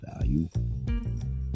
value